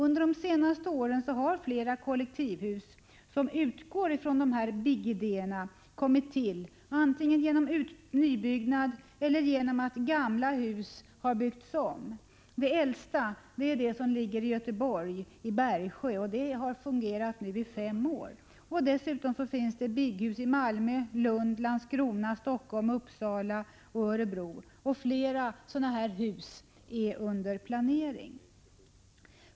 Under de senaste åren har flera kollektivhus som utgår från BIG-idéerna kommit till, antingen genom nybyggnad eller också genom att gamla hus har byggts om. Det äldsta BIG-huset, i Göteborg, har nu fungerat i fem år. Dessutom finns det BIG-hus i Malmö, Lund, Landskrona, Helsingfors, Uppsala och Örebro. Fler är dessutom under planering.